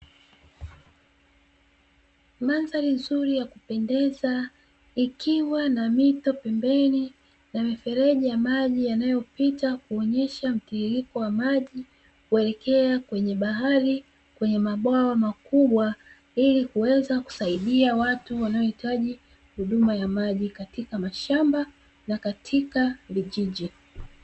Mandhari nzuri ya kupendeza ikiwa na mito pembeni na mifereji ya maji yanayopita kuonyesha mtiririko wa maji kuelekea kwenye bahari, kwenye mabwawa makubwa ili kuweza kusaidia watu wanaohitaji huduma ya maji katika mashamba na katika vijiji.